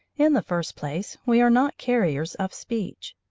in the first place, we are not carriers of speech.